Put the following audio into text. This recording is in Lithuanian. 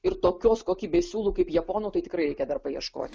ir tokios kokybės siūlų kaip japonų tai tikrai reikia dar paieškoti